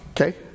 Okay